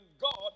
God